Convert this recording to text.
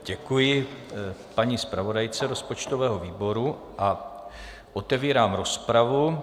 Děkuji paní zpravodajce rozpočtového výboru a otevírám rozpravu.